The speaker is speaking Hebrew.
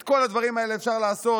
את כל הדברים האלה אפשר לעשות,